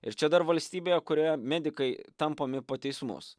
ir čia dar valstybėje kurioje medikai tampomi po teismus